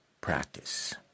practice